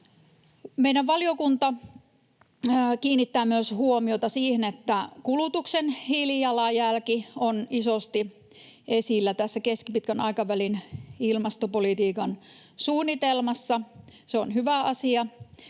Meidän valiokunta kiinnittää huomiota myös siihen, että kulutuksen hiilijalanjälki on isosti esillä tässä keskipitkän aikavälin ilmastopolitiikan suunnitelmassa — se on hyvä asia.